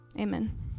Amen